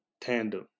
tandem